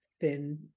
thin